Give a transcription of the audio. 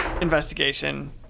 investigation